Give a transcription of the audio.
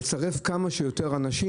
של משרד התחבורה הייתה לצרף כמה שיותר אנשים,